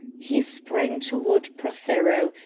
he sprang toward prothero,